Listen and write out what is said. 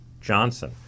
Johnson